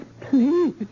Please